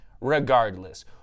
regardless